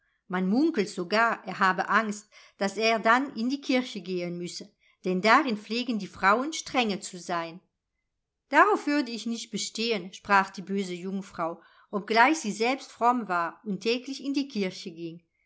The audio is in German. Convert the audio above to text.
man munkelt sogar er habe angst daß er dann in die kirche gehen müsse denn darin pflegen die frauen strenge zu sein darauf würde ich nicht bestehen sprach die böse jungfrau obgleich sie selbst fromm war und täglich in die kirche ging